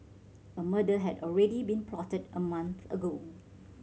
a murder had already been plotted a month ago